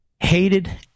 hated